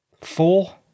four